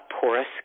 porous